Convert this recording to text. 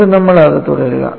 എന്നിട്ട് നമ്മൾ അത് തുടരുക